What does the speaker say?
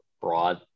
broad